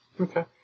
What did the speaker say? Okay